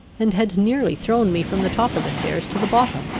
and had nearly thrown me from the top of the stairs to the bottom.